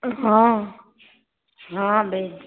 हँ हँ बिलकुल